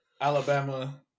Alabama